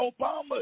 Obama